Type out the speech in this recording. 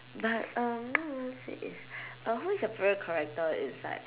but um what was it is uh who is your favourite character inside